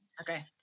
okay